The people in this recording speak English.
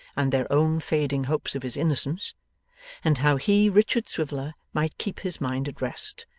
and their own fading hopes of his innocence and how he, richard swiveller, might keep his mind at rest,